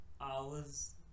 hours